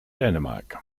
dänemark